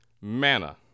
Mana